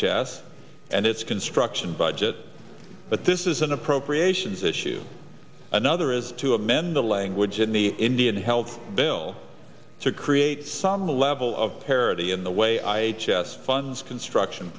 gess and its construction budget but this is an appropriations issue another is to amend the language in the indian health bill to create some level of parity in the i gess funds construction